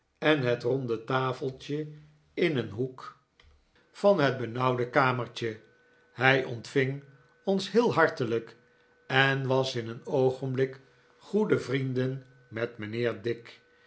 en het ronde tafeltje in een hoek van werkvoormijnheer dick het benauwde kamertje hij ontving ons heel hartelijk en was in een oogenblik goede vrienden met mijnheer dick